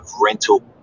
rental